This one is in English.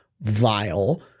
vile